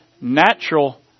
natural